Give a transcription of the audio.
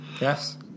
Yes